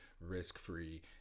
risk-free